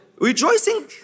rejoicing